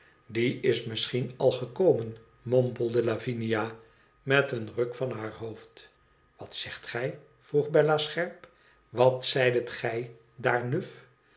die is misschien al gekomen mompelde lavinia met een ruk van haar hoofd wat zegt gij vroeg bella scherp wat zeidet gij daar nuf